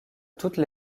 toutes